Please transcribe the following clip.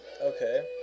Okay